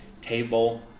table